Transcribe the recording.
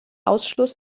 ausschluss